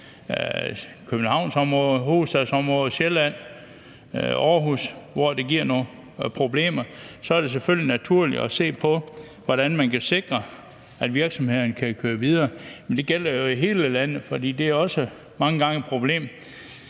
Københavnsområdet – hovedstadsområdet – Sjælland og Aarhus, hvor det giver nogle problemer, er det selvfølgelig naturligt at se på, hvordan man kan sikre, at virksomhederne kan køre videre. Men det gælder jo i hele landet, for det er også mange gange et problem